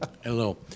Hello